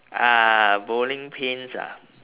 uh bowling pins ah